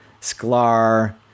Sklar